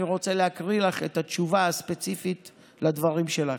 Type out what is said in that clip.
אני רוצה להקריא לך את התשובה הספציפית לדברים שלך.